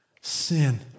sin